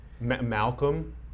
Malcolm